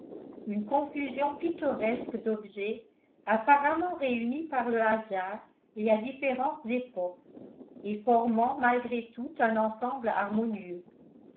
une confusion pittoresque d'objets apparemment réunis par le hasard et à différentes époques et formant malgré tout un ensemble harmonieux